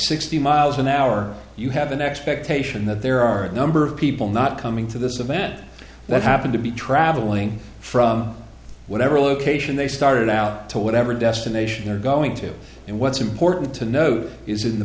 sixty miles an hour you have an expectation that there are a number of people not coming to this event that happened to be traveling from whatever location they started out to whatever destination they're going to and what's important to note is in the